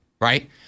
right